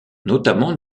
notamment